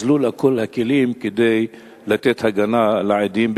אזלו לה כל הכלים כדי לתת הגנה לעדים,